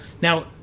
Now